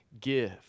give